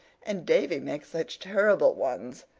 and davy makes such terrible ones.